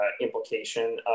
implication